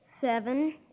seven